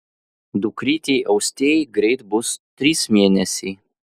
dukrytei austėjai greit bus trys mėnesiai